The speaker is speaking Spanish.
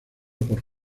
por